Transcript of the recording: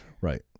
Right